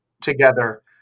together